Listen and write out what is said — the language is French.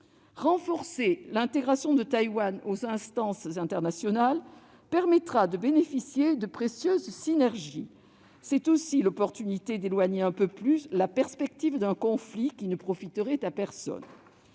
Renforcer l'intégration de Taïwan dans les instances internationales permettra de faire profiter de précieuses synergies. C'est aussi l'occasion d'éloigner un peu plus la perspective d'un conflit qui ne profiterait à personne.